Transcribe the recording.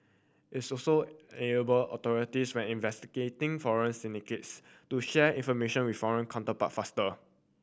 it's also enable authorities when investigating foreign syndicates to share information with foreign counterparts faster